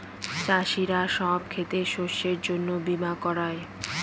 চাষীরা সব ক্ষেতের শস্যের জন্য বীমা করায়